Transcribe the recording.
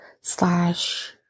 slash